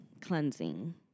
cleansing